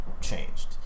changed